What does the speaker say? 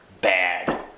bad